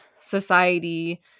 society